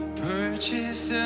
purchase